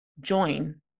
join